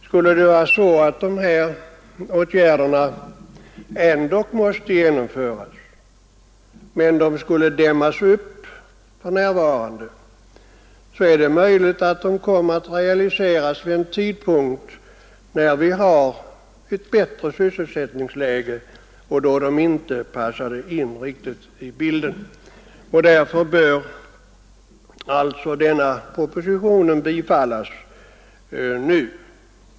Skulle de här åtgärderna dämmas upp för närvarande, men ändå behöva genomföras, är det möjligt att de skulle komma att realiseras vid en tidpunkt när vi har ett bättre sysselsättningsläge och de inte riktigt passar in i bilden. Därför bör alltså Kungl. Maj:ts förslag i den här propositionen bifallas nu.